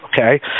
okay